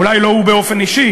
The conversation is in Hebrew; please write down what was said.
אולי לא הוא באופן אישי,